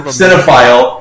cinephile